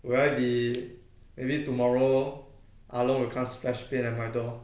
would I be maybe tomorrow ah long will come splashed paint on my door